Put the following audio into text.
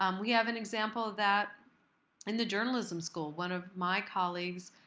um we have an example that in the journalism school. one of my colleagues,